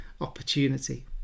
opportunity